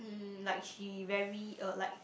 mm like she very uh like